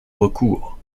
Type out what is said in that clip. recours